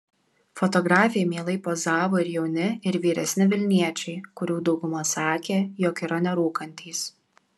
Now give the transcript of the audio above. fotografei mielai pozavo ir jauni ir vyresni vilniečiai kurių dauguma sakė jog yra nerūkantys